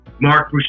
Mark